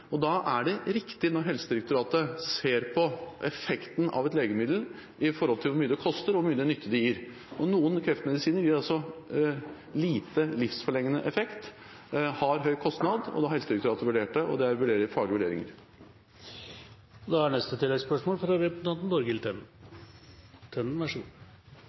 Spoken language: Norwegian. Da er det riktig at Helsedirektoratet ser på effekten av et legemiddel i forhold til hvor mye det koster og hvor mye nytte det gir. Noen kreftmedisiner gir lite livsforlengende effekt og har høy kostnad – nå har Helsedirektoratet vurdert det, og det er faglige vurderinger.